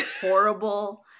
horrible